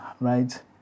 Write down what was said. right